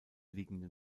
liegenden